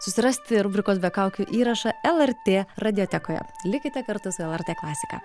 susirasti rubrikos be kaukių įrašą lrt radiotekoje likite kartu su lrt klasika